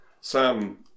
sam